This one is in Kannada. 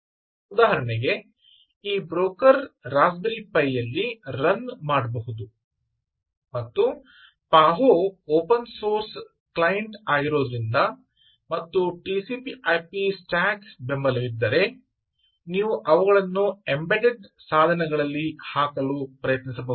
ಉದಾಹರಣೆಗೆ ಈ ಬ್ರೋಕರ್ ರಾಸ್ಪ್ಬೆರಿ ಪೈಯಲ್ಲಿ ರನ್ ಮಾಡಬಹುದು ಮತ್ತು ಪಾಹೋ ಓಪನ್ ಸೋರ್ಸ್ ಕ್ಲೈಂಟ್ ಆಗಿರುವುದರಿಂದ ಮತ್ತು TCP IP stack TCP IP Stack ಬೆಂಬಲವಿದ್ದರೆ ನೀವು ಅವುಗಳನ್ನು ಎಂಬೆಡೆಡ್ ಸಾಧನಗಳಲ್ಲಿ ಹಾಕಲು ಪ್ರಯತ್ನಿಸಬಹುದು